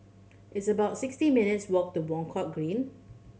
it's about sixty minutes' walk to Buangkok Green